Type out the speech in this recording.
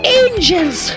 angels